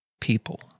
people